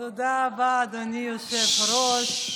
תודה רבה, אדוני היושב-ראש.